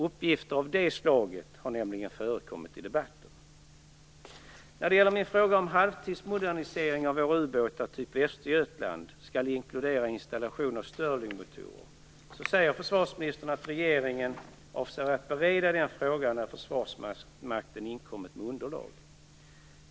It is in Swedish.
Uppgifter av det slaget har nämligen förekommit i debatten. På min fråga om halvtidsmoderniseringen av våra utbåtar av typen Östergötland skall inkludera installation av Sterlingmotorer, sade försvarsministern att regeringen avser att bereda den frågan när Försvarsmakten inkommit med underlag.